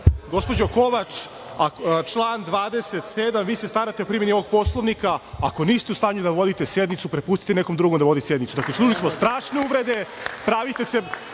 Gospođo Kovač, član 27. Vi se starate o primeni ovog Poslovnika. Ako niste u stanju da vodite sednicu, prepustite nekom drugom da vodi sednicu. Čuli smo strašne uvrede, pravite se